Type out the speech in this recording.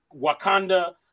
Wakanda